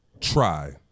Try